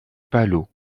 palau